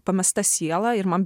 pamesta siela ir man